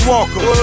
Walker